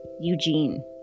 Eugene